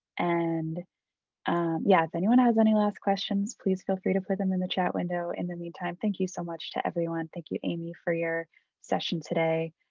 and yeah, if anyone has any last questions, please feel free to put them in the chat window. in the meantime, thank you so much to everyone. thank you, amy, for your session today.